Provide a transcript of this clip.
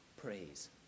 praise